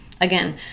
again